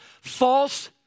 false